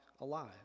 alive